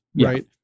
right